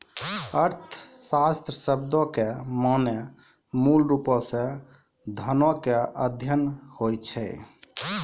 अर्थशास्त्र शब्दो के माने मूलरुपो से धनो के अध्ययन होय छै